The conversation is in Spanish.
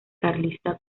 carlista